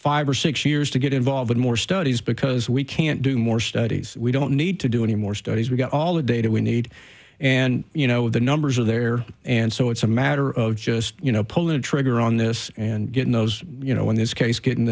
five or six years to get involved in more studies because we can't do more studies we don't need to do any more studies we got all the data we need and you know the numbers are there and so it's a matter of just you know poll and trigger on this and getting those you know in this case getting